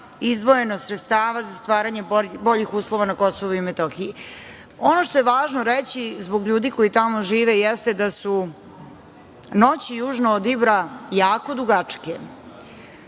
izdvojeno je sredstava za stvaranje boljih uslova na Kosovu i Metohiji. Ono što je važno reći zbog ljudi koji tamo žive jeste da su noći južno od Ibra jako dugačke.